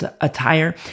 attire